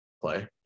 play